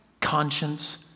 conscience